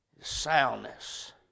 soundness